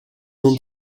ont